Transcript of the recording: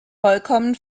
vollkommen